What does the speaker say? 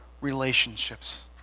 relationships